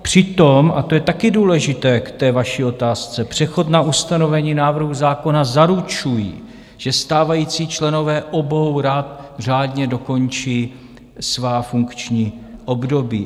Přitom, a to je taky důležité k té vaší otázce, přechod na ustanovení návrhu zákona zaručuje, že stávající členové obou rad řádně dokončí svá funkční období.